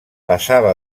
passava